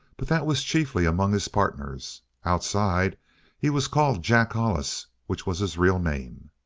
but that was chiefly among his partners. outside he was called jack hollis, which was his real name.